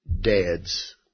dad's